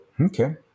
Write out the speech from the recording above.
Okay